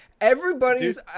everybody's